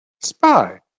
spy